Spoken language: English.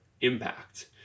impact